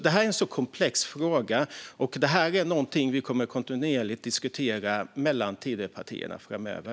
Detta är en komplex fråga som vi kontinuerligt kommer att diskutera mellan Tidöpartierna framöver.